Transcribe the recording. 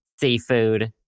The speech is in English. seafood